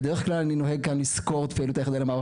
בדרך כלל אני נוהג כאן לסקור את פעילות היחידה למאבק